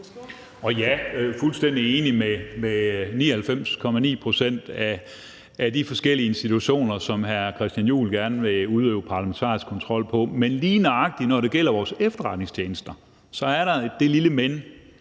jeg er fuldstændig enig, når det gælder 99,9 pct. af de forskellige institutioner, som hr. Christian Juhl gerne vil udøve parlamentarisk kontrol med, men lige nøjagtig når det gælder vores efterretningstjenester, så er der det lille men,